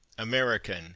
American